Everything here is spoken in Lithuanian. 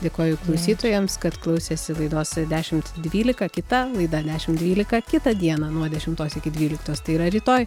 dėkoju klausytojams kad klausėsi laidos dešimt dvylika kita laida dešimt dvylika kitą dieną nuo dešimtos iki dvyliktos tai yra rytoj